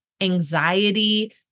anxiety